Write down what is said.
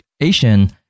Asian